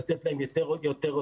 לתת להם יותר אוטונומיה.